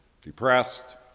depressed